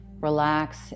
Relax